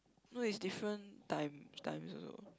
no it's different time times also